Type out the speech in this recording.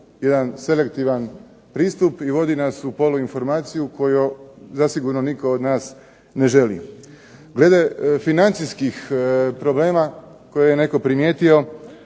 jedan selektivan pristup i vodi nas u polu informaciju koju zasigurno nitko od nas ne želi. Glede financijskih problema koje je netko primijetio,